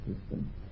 system